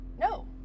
No